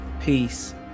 peace